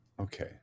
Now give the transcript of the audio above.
Okay